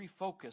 refocus